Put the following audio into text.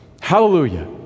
Hallelujah